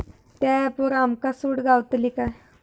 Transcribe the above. त्या ऍपवर आमका सूट गावतली काय?